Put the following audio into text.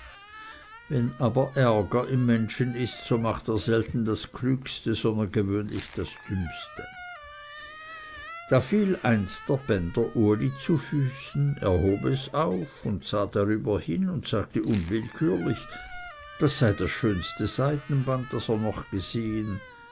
wenn aber ärger im menschen ist so macht er selten das klügste sondern gewöhnlich das dümmste da fiel eins der bänder uli zu füßen er hob es auf sah darüber hin und sagte unwillkürlich das sei das schönste seidenband das er noch gesehen